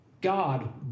God